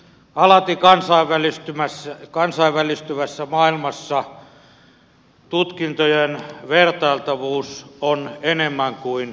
alati kansainvälistyvässä maailmassa tutkintojen vertailtavuus on enemmän kuin välttämätöntä